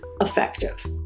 effective